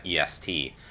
EST